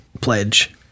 Pledge